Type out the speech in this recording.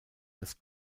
das